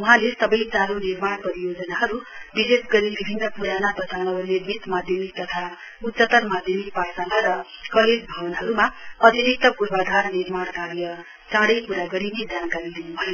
वहाँले सवै चालू निर्माण परियोजनाहरू विशेष गरी विभिन्न प्राना तथा नवनिर्मित माध्यमिक तथा उच्चतर माध्यमिक पाठशाला र कलेज भवनहरुमा अतिरिक्त पूर्वाधार निर्माण कार्य चाँडै पूरा गरिने जानकारी दिन्भयो